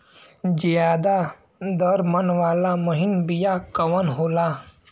ज्यादा दर मन वाला महीन बिया कवन होला?